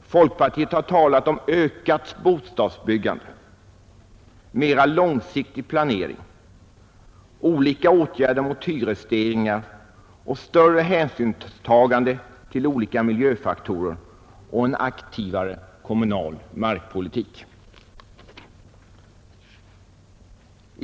Folkpartiet har talat om ökat bostadsbyggande, mera långsiktig planering, olika åtgärder mot hyresstegringar, större hänsynstagande till olika miljöfaktorer, en aktivare kommu nal markpolitik.